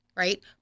right